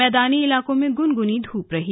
मैदानी इलाकों में गुनगुनी धूप रही